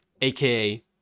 aka